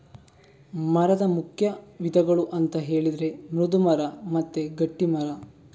ಮರದ ಮುಖ್ಯ ವಿಧಗಳು ಅಂತ ಹೇಳಿದ್ರೆ ಮೃದು ಮರ ಮತ್ತೆ ಗಟ್ಟಿ ಮರ